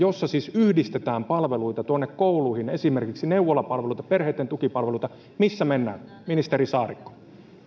jossa siis yhdistetään palveluita kouluihin esimerkiksi neuvolapalveluita perheitten tukipalveluita missä mennään ministeri saarikko